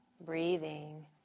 breathing